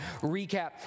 recap